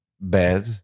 bad